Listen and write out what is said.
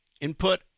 input